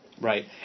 Right